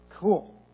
cool